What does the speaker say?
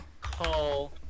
call